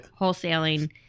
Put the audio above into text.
wholesaling